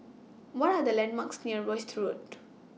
What Are The landmarks near Rosyth Road